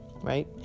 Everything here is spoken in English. right